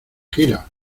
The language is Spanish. gira